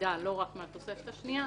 מידע לא רק מהתוספת השנייה,